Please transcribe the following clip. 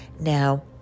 Now